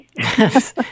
Yes